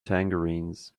tangerines